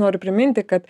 noriu priminti kad